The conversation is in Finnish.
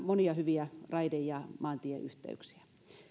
monia hyviä raide ja maantieyhteyksiä